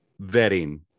vetting